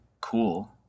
cool